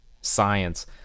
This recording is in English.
science